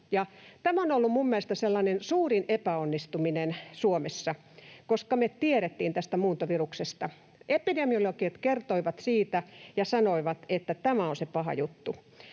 Tämä on ollut minun mielestäni suurin epäonnistuminen Suomessa, koska me tiedettiin tästä muuntoviruksesta. Epidemiologit kertoivat siitä ja sanoivat, että tämä on se paha juttu.